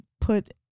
put